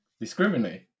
discriminate